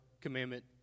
commandment